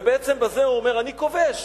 ובעצם בזה הוא אומר, אני כובש,